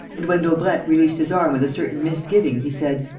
and, when daubrecq released his arm with a certain misgiving, he said,